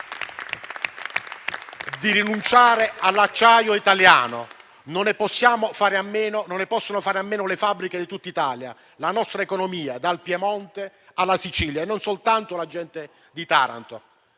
rinunciare all'acciaio italiano; non ne possono fare a meno le fabbriche di tutta l'Italia e la nostra economia, dal Piemonte alla Sicilia, non soltanto la gente di Taranto.